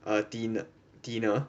err thin thinner